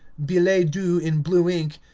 billets-doux in blue ink,